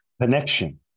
Connection